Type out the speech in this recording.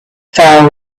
fell